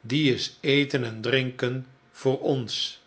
die is eten en drlnken voor ons